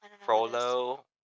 Frollo